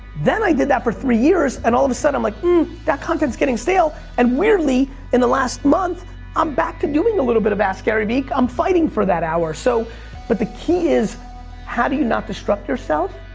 then i did that for three years. and all of a sudden i'm like that content getting stale and weirdly in the last month i'm back to doing a little bit of ask garyvee. i'm fighting for that hour so but the key is how do you not destruct yourself?